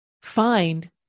find